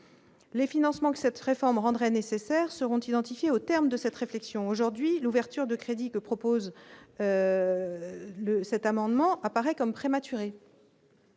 les financements que cette réforme rendrait nécessaires seront identifiés au terme de cette réflexion aujourd'hui l'ouverture de crédit que propose le cet amendement apparaît comme prématuré.